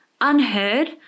unheard